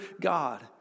God